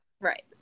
right